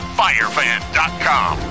firefan.com